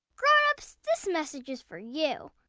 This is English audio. grown-ups, this message is for you